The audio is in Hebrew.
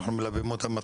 אנחנו מלווים אותם,